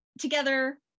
together